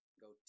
Go